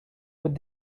with